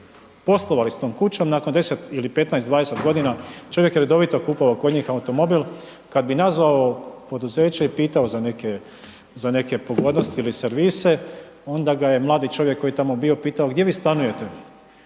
poslovali s tom kućom, nakon 10 ili 15, 20 g., čovjek je redovito kupovao kod njih automobil, kad bi nazvao poduzeće i pitao za neke pogodnosti ili servise, onda ga je mladi čovjek koji je tamo bio, pitao gdje vi stanujete.